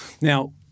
Now